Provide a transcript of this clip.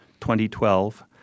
2012